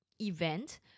event